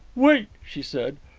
wait! she said.